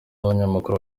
abanyamakuru